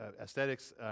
aesthetics